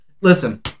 Listen